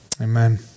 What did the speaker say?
Amen